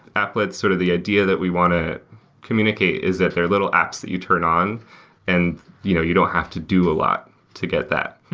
applet is sort of the idea that we want to communicate is that there are little apps that you turn on and you know you don't have to do a lot to get that.